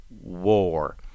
war